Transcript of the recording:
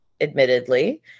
admittedly